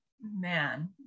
man